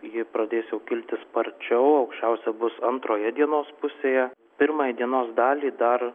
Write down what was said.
ji pradės jau kilti sparčiau aukščiausia bus antroje dienos pusėje pirmąją dienos dalį dar